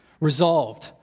Resolved